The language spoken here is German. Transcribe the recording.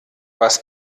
was